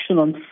on